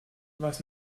was